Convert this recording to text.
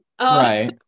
Right